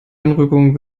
einrückung